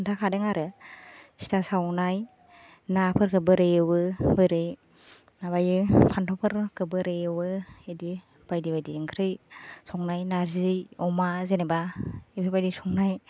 खोन्थाखादों आरो फिथा सावनाय नाफोरखौ बोरै एवो बोरै माबायो फान्थावफोरखौ बोरै एवो बिदि बायदि बायदि ओंख्रै संनाय नारजि अमा जेनेबा बेफोरबायदि संनाय